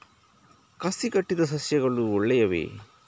ಕಸಿ ಕಟ್ಟಿದ ಸಸ್ಯಗಳು ಒಳ್ಳೆಯವೇ?